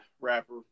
rapper